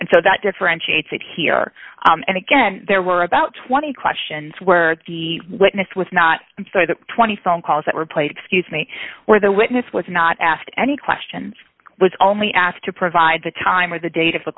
and so that differentiates it here and again there were about twenty questions where the witness was not the twenty phone calls that were played excuse me where the witness was not asked any questions was only after provide the time or the date of the